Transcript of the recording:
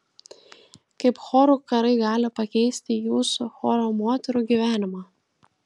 kaip chorų karai gali pakeisti jūsų choro moterų gyvenimą